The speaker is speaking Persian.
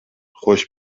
خوش